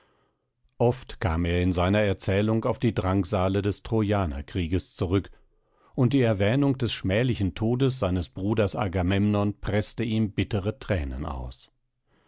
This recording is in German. oft kam er in seiner erzählung auf die drangsale des trojanerkriegs zurück und die erwähnung des schmählichen todes seines bruders agamemnon preßte ihm bittere thränen aus